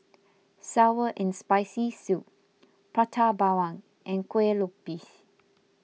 Sour and Spicy Soup Prata Bawang and Kueh Lopes